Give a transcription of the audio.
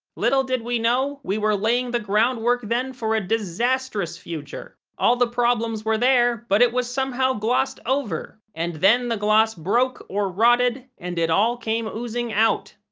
little did we know, we were laying the ground work then for a disastrous future. all the problems were there, but it was somehow glossed over. and then, the gloss broke, or rotted, and it all came oozing out.